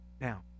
Now